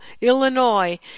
Illinois